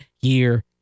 year